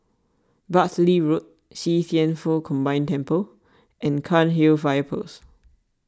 Bartley Road See Thian Foh Combined Temple and Cairnhill Fire Post